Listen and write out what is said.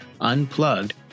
unplugged